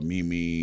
Mimi